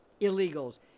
illegals